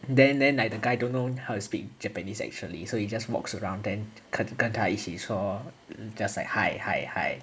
then then like the guy don't know how to speak japanese actually so he just walks around then 跟跟他一起说 just like